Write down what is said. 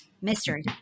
Mystery